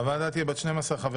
הוועדה תהיה בת 12 חברים,